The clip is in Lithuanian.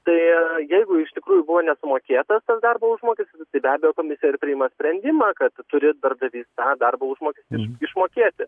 tai jeigu iš tikrųjų buvo nesumokėtas tas darbo užmokestis tai be abejo komisija ir priima sprendimą kad turi darbdavys tą darbo užmokestį išmokėti